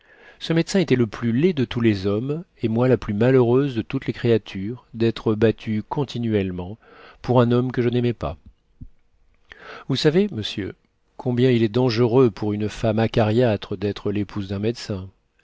ce médecin était le plus laid de tous les hommes et moi la plus malheureuse de toutes les créatures d'être battue continuellement pour un homme que je n'aimais pas vous savez monsieur combien il est dangereux pour une femme acariâtre d'être l'épouse d'un médecin